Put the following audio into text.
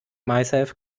myself